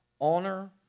honor